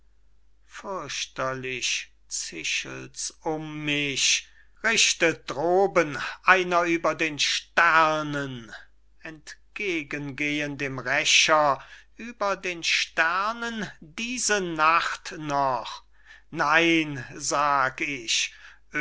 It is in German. fürchterlich zischelts um mich richtet droben einer über den sternen entgegen gehen dem rächer über den sternen diese nacht noch nein sag ich